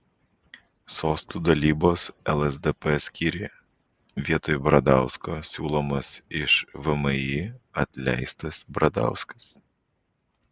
sostų dalybos lsdp skyriuje vietoj bradausko siūlomas iš vmi atleistas bradauskas